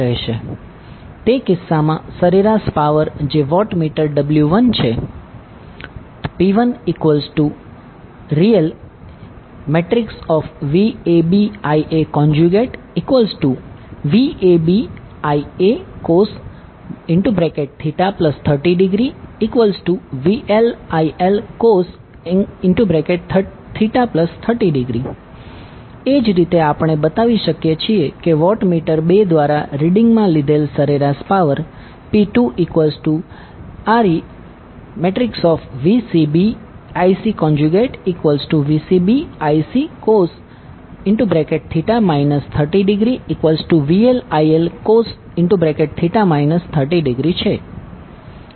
તે કિસ્સામાં સરેરાશ પાવર જે વોટમીટર W1 છે P1ReVabIaVabIa cos 30° VLIL cos 30° એ જ રીતે આપણે બતાવી શકીએ છીએ કે વોટમીટર 2 દ્વારા રીડીંગમાં લીધેલ સરેરાશ power P2ReVcbIcVcb Ic cos 30° VLIL cos 30° છે